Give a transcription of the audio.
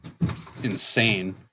insane